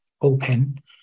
open